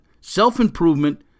self-improvement